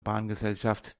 bahngesellschaft